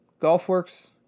Golfworks